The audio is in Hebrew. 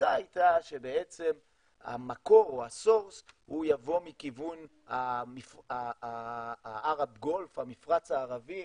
כשהתפיסה הייתה שבעצם המקור הוא יבוא מכיוון המפרץ הערבי,